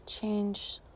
Change